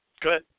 Good